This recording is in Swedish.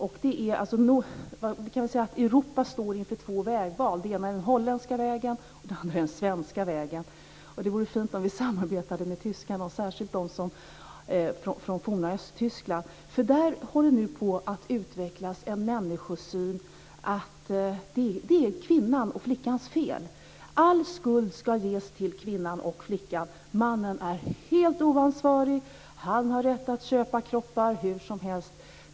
Man kan säga att Europa står inför ett vägval. Det ena är den holländska vägen, och det andra är den svenska vägen. Det vore fint om vi samarbetade med tyskarna, och särskilt dem från forna Östtyskland. Där håller det nämligen på att utvecklas en människosyn som innebär att det är kvinnans och flickans fel. All skuld ska ges till kvinnan och flickan. Mannen är helt oansvarig. Han har rätt att köpa kroppar hur som helst.